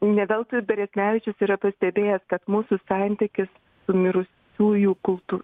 ne veltui beresnevičius yra pastebėjęs kad mūsų santykis su mirusiųjų kultu